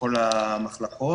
ולכל המחלקות.